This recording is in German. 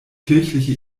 kirchliche